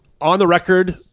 on-the-record